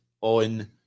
on